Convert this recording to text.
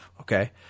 Okay